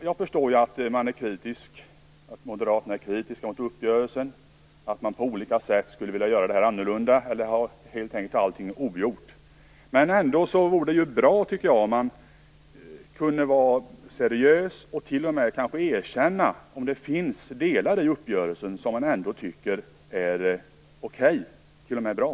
Jag förstår att Bo Lundgren och Moderaterna är kritiska mot uppgörelsen och på olika sätt skulle vilja göra det här annorlunda eller helt enkelt ha allting ogjort. Men det vore ändå bra om man kunde vara seriös nog att erkänna att det kan finnas delar i uppgörelsen som man tycker är okej eller t.o.m. bra.